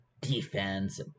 defense